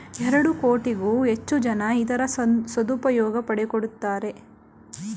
ಎರಡು ಕೋಟಿಗೂ ಹೆಚ್ಚು ಜನ ಇದರ ಸದುಪಯೋಗ ಪಡಕೊತ್ತಿದ್ದಾರೆ